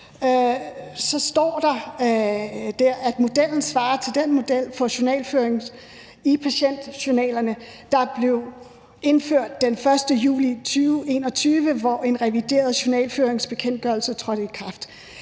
så står der deri, at modellen svarer til den model for journalføring i patientjournalerne, der blev indført den 1. juli 2021, hvor en revideret journalføringsbekendtgørelse trådte i kraft.